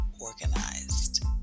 Organized